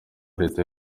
leta